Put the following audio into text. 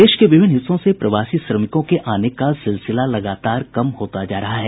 देश के विभिन्न हिस्सों से प्रवासी श्रमिकों के आने का सिलसिला लगातार कम होता जा रहा है